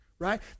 Right